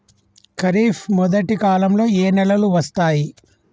ఖరీఫ్ మొదటి కాలంలో ఏ నెలలు వస్తాయి?